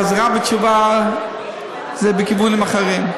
חזרה בתשובה זה בכיוונים אחרים.